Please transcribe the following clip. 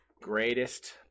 greatest